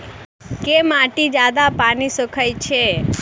केँ माटि जियादा पानि सोखय छै?